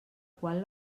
qual